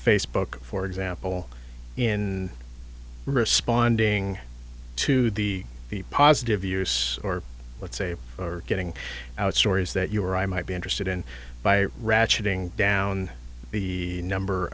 facebook for example in responding to the the positive use or let's say getting out stories that you or i might be interested in by ratcheting down the number